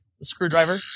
screwdriver